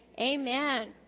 Amen